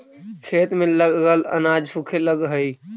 खेत में लगल अनाज सूखे लगऽ हई